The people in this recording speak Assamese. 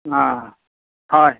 অঁ হয়